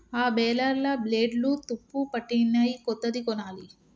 ఆ బేలర్ల బ్లేడ్లు తుప్పుపట్టినయ్, కొత్తది కొనాలి